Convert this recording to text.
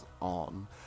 on